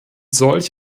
solch